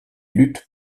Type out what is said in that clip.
lutte